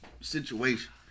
situation